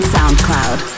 SoundCloud